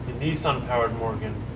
nissan-powered morgan